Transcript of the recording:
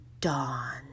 dawn